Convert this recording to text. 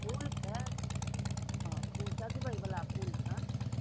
फूलके हँ सजबै बला फूल छनि